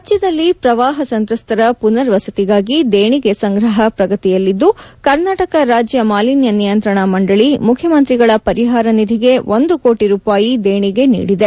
ರಾಜ್ಯದಲ್ಲಿ ಪ್ರವಾಹ ಸಂತ್ರಸ್ತರ ಪುನರ್ ವಸತಿಗಾಗಿ ದೇಣಿಗೆ ಸಂಗ್ರಹ ಪ್ರಗತಿಯಲ್ಲಿದ್ದು ಕರ್ನಾಟಕ ರಾಜ್ಯ ಮಾಲಿನ್ಯ ನಿಯಂತ್ರಣ ಮಂಡಳಿ ಮುಖ್ಯಮಂತ್ರಿಗಳ ಪರಿಹಾರ ನಿಧಿಗೆ ಒಂದು ಕೋಟಿ ರೂಪಾಯಿ ದೇಣಿಗೆ ನೀಡಿದೆ